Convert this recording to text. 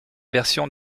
version